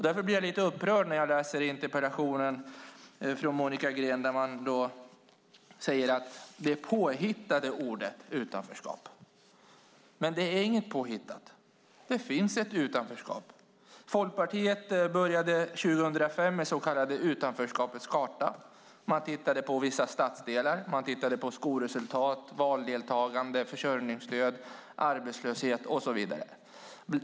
Därför blir jag lite upprörd när jag läser interpellationen från Monica Green där hon säger att ordet utanförskap är påhittat. Men det är inte påhittat. Det finns ett utanförskap. Folkpartiet påbörjade 2005 den så kallade utanförskapets karta. Man tittade på vissa stadsdelar, på skolresultat, valdeltagande, försörjningsstöd, arbetslöshet och så vidare.